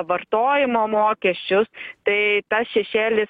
vartojimo mokesčius tai tas šešėlis